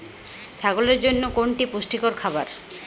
ছাগলের জন্য কোনটি পুষ্টিকর খাবার?